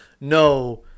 no